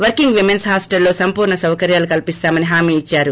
working women హాస్టల్లో సంపూర్ణ సౌకర్యాలు కల్పిస్తామని హామీ ఇద్సారు